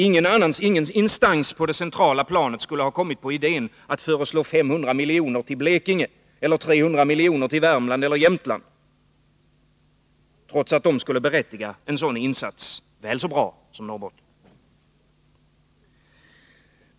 Ingen instans på det centrala planet skulle ha kommit på idén att föreslå 300 miljoner till Blekinge eller 500 miljoner till Värmland eller Jämtland, trots att de skulle göra skäl för en sådan insats lika bra som Norrbotten.